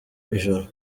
ijoro